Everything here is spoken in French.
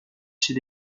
chez